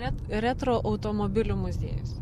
ret retro automobilių muziejus